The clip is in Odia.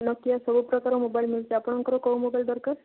ନୋକିଆ ସବୁ ପ୍ରକାରର ମୋବାଇଲ୍ ମିଳୁଛି ଆପଣଙ୍କର କେଉଁ ମୋବାଇଲ୍ ଦରକାର